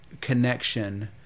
connection